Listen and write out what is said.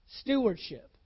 Stewardship